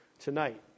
tonight